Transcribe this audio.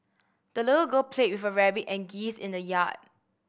the little girl played with her rabbit and geese in the yard